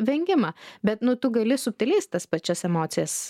vengimą bet nu tu gali subtiliais tas pačias emocijas